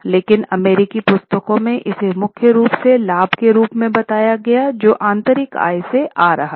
लेकिन अमेरिकी पुस्तकों में इसे मुख्य रूप से लाभ के रूप में बताया गया जो आंतरिक आय से आ रहा था